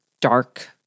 dark